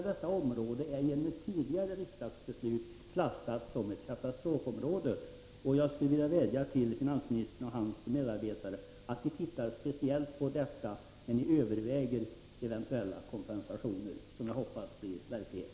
Jag skulle vilja vädja till finansministern och hans medarbetare att ni tittar speciellt på detta när ni överväger eventuella kompensationer, som jag hoppas blir verklighet.